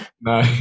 No